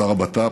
שר הבט"פ,